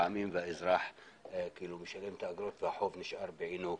האזרח משלם את האגרות והחוב נשאר בעינו.